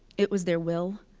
it was their will,